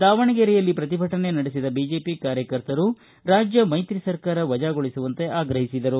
ದಾವಣಗೆರೆಯಲ್ಲಿ ಪ್ರತಿಭಟನೆ ನಡೆಸಿದ ಬಿಜೆಪಿ ಕಾರ್ಯಕರ್ತರು ರಾಜ್ಯ ಮೈತ್ರಿ ಸರ್ಕಾರ ವಜಾಗೊಳಿಸುವಂತೆ ಆಗ್ರಹಿಸಿದರು